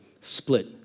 split